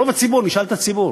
רוב הציבור, נשאל את הציבור,